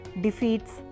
defeats